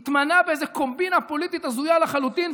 הוא התמנה באיזה קומבינה פוליטית הזויה לחלוטין,